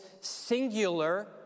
singular